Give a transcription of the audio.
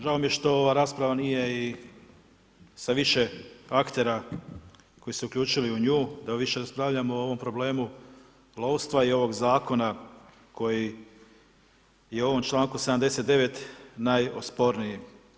Žao mi je što ova rasprava nije i sa više aktera koji su se uključili u nju, da više raspravljamo o ovom problemu lovstva i ovog zakona koji je ovim čl. 79. najosporniji.